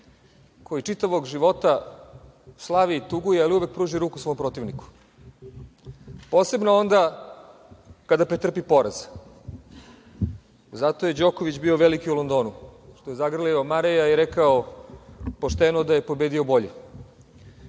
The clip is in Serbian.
koji čitavog života slavi i tuguje, ali uvek pruži ruku svom protivniku, posebno onda kada pretrpi poraz. Zato je Đoković bio veliki u Londonu kada je zagrlio Mareja i rekao – pošteno da je pobedio bolji. Ja